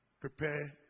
prepare